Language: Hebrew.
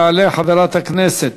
תעלה חברת הכנסת